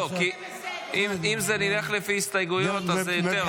אם נלך לפי הסתייגויות, זה יותר זמן.